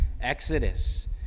exodus